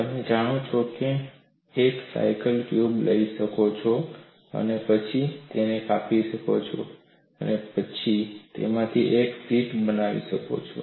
તમે જાણો છો કે તમે એક સાયકલ ટ્યુબ લઈ શકો છો અને પછી તેને કાપી શકો છો અને પછી તેમાંથી એક શીટ બનાવી શકો છો